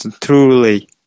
truly